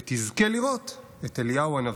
ותזכה לראות את אליהו הנביא.